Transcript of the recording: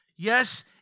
Yes